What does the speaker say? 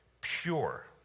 pure